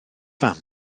fam